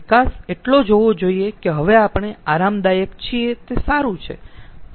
વિકાસ એટલો જ હોવો જોઈયે કે હવે આપણે આરામદાયક છીએ તે સારું છે